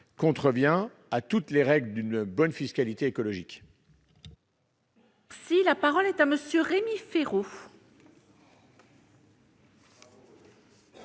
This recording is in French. contrevient à toutes les règles d'une bonne fiscalité écologique